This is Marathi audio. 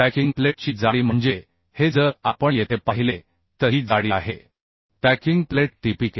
पॅकिंग प्लेटची जाडी म्हणजे हे जर आपण येथे पाहिले तर ही जाडी आहे पॅकिंग प्लेट Tpk